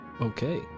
Okay